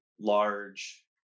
large